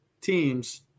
teams